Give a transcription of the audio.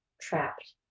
trapped